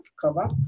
cover